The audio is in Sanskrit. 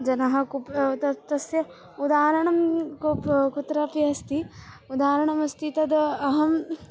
जनाःकोपि त तस्य उदाहरणं कोपि कुत्रापि अस्ति उदाहरणमस्ति तद् अहम्